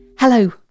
Hello